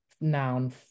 noun